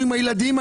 ממש.